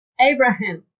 Abraham